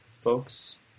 folks